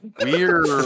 Weird